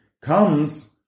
comes